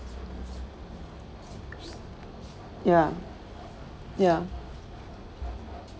ya ya